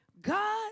God